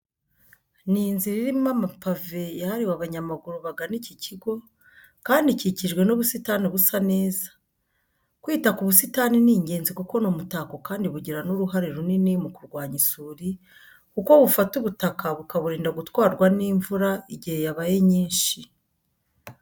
Ni inzira irimo amapave yahariwe abanyamaguru bagana iki kigo, kandi ikikijwe n'ubusitani busa neza. Kwita ku busitani ni ingenzi kuko ni umutako kandi bugira n'uruhare runini mu kurwanya isuri kuko bufata ubutaka bukaburinda gutwarwa n'imvura igihe yabaye nyinshi.